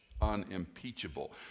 Unimpeachable